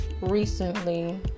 recently